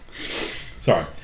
Sorry